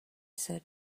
said